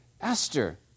Esther